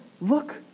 look